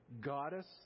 goddess